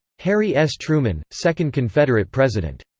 harry s. truman second confederate president.